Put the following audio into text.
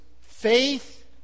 faith